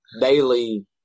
daily